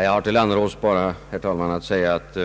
Herr talman! Jag vill till herr Annerås endast säga att